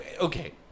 Okay